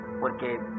porque